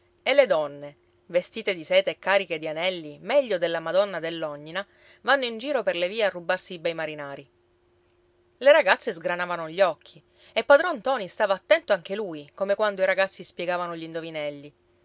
e le donne vestite di seta e cariche di anelli meglio della madonna dell'ognina vanno in giro per le vie a rubarsi i bei marinari le ragazze sgranavano gli occhi e padron ntoni stava attento anche lui come quando i ragazzi spiegavano gli indovinelli